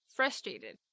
Frustrated